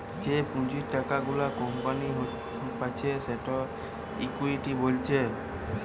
যে পুঁজির টাকা গুলা কোম্পানি পাচ্ছে সেটাকে ইকুইটি বলছে